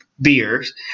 beers